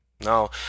No